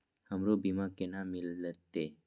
हमरो बीमा केना मिलते?